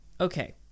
okay